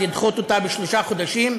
לדחות בשלושה חודשים,